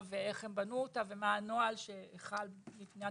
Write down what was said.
ואיך הם בנו אותה ומה הנוהל שחל בבניית